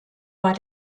war